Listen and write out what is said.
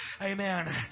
Amen